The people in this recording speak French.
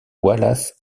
wallace